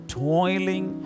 toiling